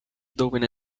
doing